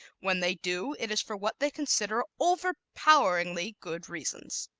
when they do, it is for what they consider overpoweringly good reasons.